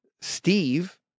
Steve